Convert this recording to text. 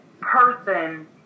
person